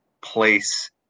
place